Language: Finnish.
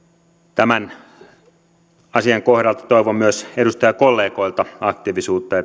tämän asian kohdalta toivon myös edustajakollegoilta aktiivisuutta